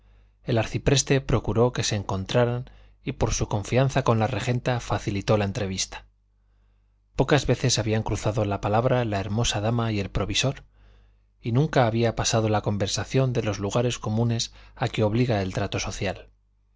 el arcipreste procuró que se encontraran y por su confianza con la regenta facilitó la entrevista pocas veces habían cruzado la palabra la hermosa dama y el provisor y nunca había pasado la conversación de los lugares comunes a que obliga el trato social